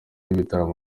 y’ibitaramo